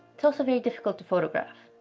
it's also very difficult to photograph.